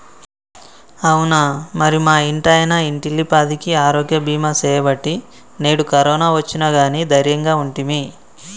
అవునా మరి మా ఇంటాయన ఇంటిల్లిపాదికి ఆరోగ్య బీమా సేయబట్టి నేడు కరోనా ఒచ్చిన గానీ దైర్యంగా ఉంటిమి